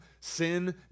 sin